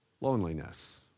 loneliness